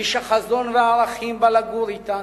איש החזון והערכים, בא לגור אתנו.